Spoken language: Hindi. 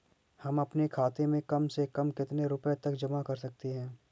हम अपने खाते में कम से कम कितने रुपये तक जमा कर सकते हैं?